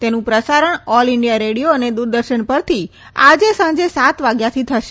તેનું પ્રસારણ all India radio અને દુરદર્શન પરથી આજે સાંજે સાત વાગ્યાથી થશે